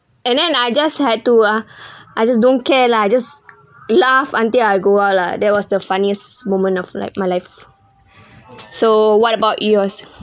and then I just had to uh I just don't care lah I just laugh until I go out lah that was the funniest moment of life my life so what about yours